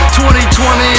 2020